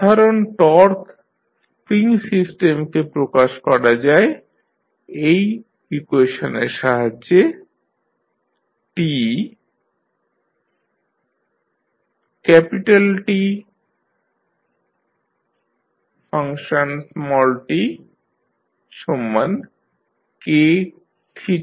সাধারণ torque spring সিস্টেমকে প্রকাশ করা যায় এই ইকুয়েশনের সাহায্যে T TtKθt